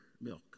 milk